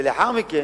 ולאחר מכן,